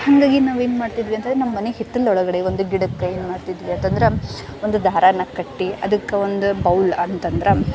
ಹಾಗಾಗಿ ನಾವೇನು ಮಾಡ್ತಿದ್ವಿ ಅಂತಂದ್ರೆ ನಮ್ಮ ಮನೆ ಹಿತ್ತಲು ಒಳಗಡೆ ಒಂದು ಗಿಡಕ್ಕೆ ಏನು ಮಾಡ್ತಿದ್ವಿ ಅಂತಂದ್ರೆ ಒಂದು ದಾರನ ಕಟ್ಟಿ ಅದ್ಕೆ ಒಂದು ಬೌಲ್ ಅಂತಂದ್ರೆ